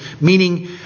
meaning